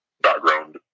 background